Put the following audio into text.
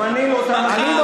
זמני לא תם, אדוני היושב-ראש.